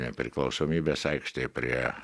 nepriklausomybės aikštėj prie